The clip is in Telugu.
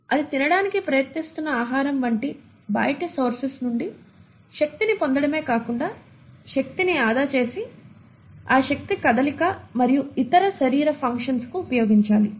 అది తినడానికి ప్రయత్నిస్తున్న ఆహారం వంటి బయటి సోర్సెస్ నుండి శక్తిని పొందడమే కాకుండా శక్తిని ఆదా చేసి ఆ శక్తిని కదలిక మరియు ఇతర శరీర ఫంక్షన్స్ కు ఉపయోగించాలి